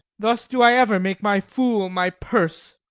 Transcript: thus do i ever make my fool my purse